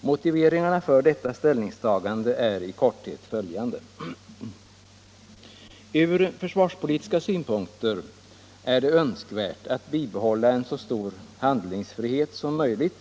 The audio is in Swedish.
Motiveringarna för detta ställningstagande är i korthet följande. Ur försvarspolitiska synpunkter är det önskvärt att bibehålla så stor handlingsfrihet som möjligt